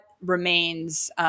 remains